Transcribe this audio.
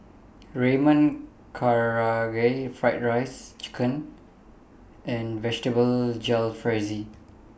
Ramen Karaage Fried Rice Chicken and Vegetable Jalfrezi